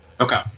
Okay